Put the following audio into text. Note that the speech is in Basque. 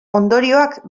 ondorioak